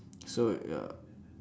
so ya